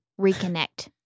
reconnect